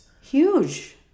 Huge